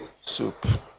Soup